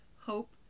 hope